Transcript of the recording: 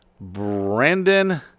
Brandon